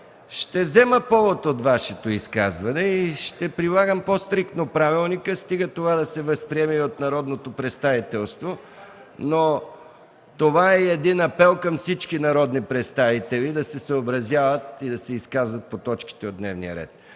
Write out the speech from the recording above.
Ще взема повод от Вашето изказване и ще прилагам по-стриктно правилника, стига това да се възприеме и от народното представителство. Това е и апел към всички народни представители – да се съобразяват и изказват по точките от дневния ред.